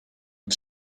and